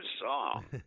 song